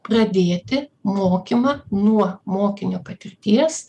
pradėti mokymą nuo mokinio patirties